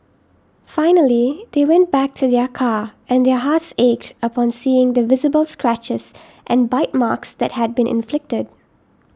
finally they went back to their car and their hearts ached upon seeing the visible scratches and bite marks that had been inflicted